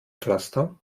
pflaster